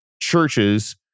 churches